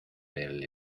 del